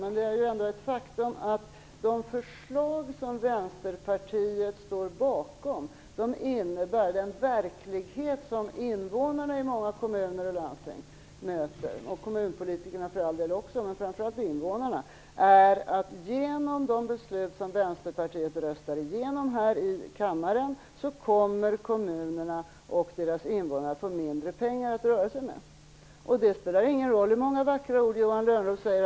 Men det är ändå ett faktum att de förslag som Vänsterpartiet står bakom innebär för den verklighet som invånarna i många kommuner och landsting möter - det gäller för all del också kommunpolitikerna men framför allt invånarna - att genom de beslut som Vänsterpartiet är med och röstar igenom här i kammaren kommer kommunerna och deras invånare att få mindre pengar att röra sig med. Det spelar ingen roll hur många vackra ord Johan Lönnroth säger.